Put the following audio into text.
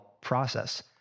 process